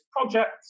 project